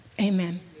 Amen